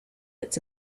its